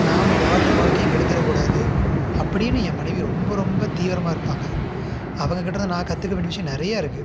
நாம் யாருடைய வாழ்க்கையும் கெடுத்துடக்கூடாது அப்படின்னு என் மனைவி ரொம்ப ரொம்ப தீவிரமாக இருப்பாங்க அவங்கக்கிட்ட தான் நான் கற்றுக்க வேண்டிய விஷயம் நிறையா இருக்குது